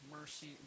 mercy